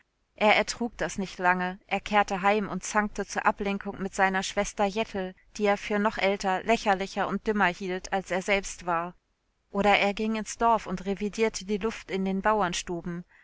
er ertrug das nicht lange er kehrte heim und zankte zur ablenkung mit seiner schwester jettel die er für noch älter lächerlicher und dümmer hielt als er selbst war oder er ging ins dorf und revidierte die luft in den